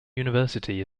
university